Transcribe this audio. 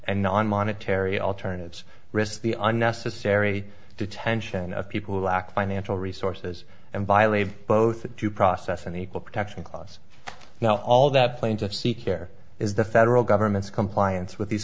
and non monetary alternatives risk the unnecessary detention of people who lack financial resources and violated both due process and equal protection clause now all that plain to see here is the federal government's compliance with these